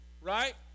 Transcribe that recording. right